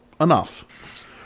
enough